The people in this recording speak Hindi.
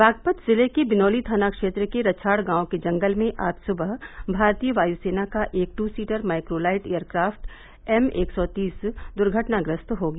बागपत जिले के बिनौली थाना क्षेत्र के रंछाड़ गांव के जंगल में आज सुबह भारतीय वायुसेना का एक two seater microlight aircraft M एक सौ तीस दर्घटनाग्रस्त हो गया